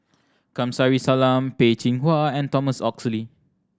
Kamsari Salam Peh Chin Hua and Thomas Oxley